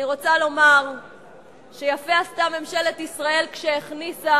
אני רוצה לומר שיפה עשתה ממשלת ישראל כשהכניסה